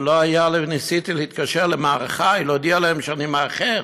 ניסיתי להתקשר למארחיי, להודיע להם שאני מאחר,